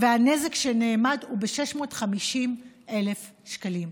והנזק שנאמד הוא 650,000 שקלים.